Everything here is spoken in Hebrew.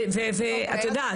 ואת יודעת.